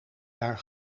jaar